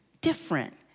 different